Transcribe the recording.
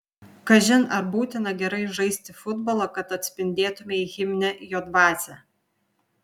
kažin ar būtina gerai žaisti futbolą kad atspindėtumei himne jo dvasią